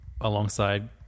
alongside